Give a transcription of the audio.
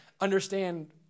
understand